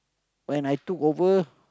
when I took over